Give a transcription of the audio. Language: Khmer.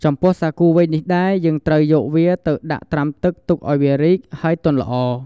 ចំពោះ សាគូវែងនេះដែរ យើងត្រូវយកវាទៅដាក់ត្រាំទឹកទុកអោយវារីក ហើយទន់ល្អ។